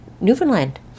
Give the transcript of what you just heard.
Newfoundland